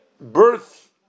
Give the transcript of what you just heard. birth